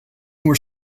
were